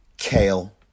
Kale